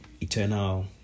eternal